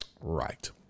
Right